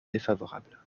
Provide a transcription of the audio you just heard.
défavorable